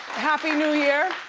happy new year.